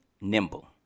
nimble